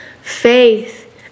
Faith